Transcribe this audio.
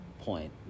point